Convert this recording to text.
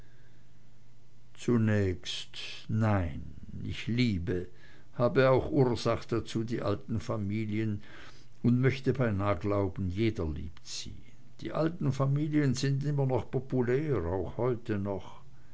zunächst nein ich liebe hab auch ursach dazu die alten familien und möchte beinah glauben jeder liebt sie die alten familien sind immer noch populär auch heute noch